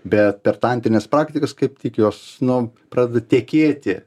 bet per tantrines praktikas kaip tik jos nu pradeda tekėti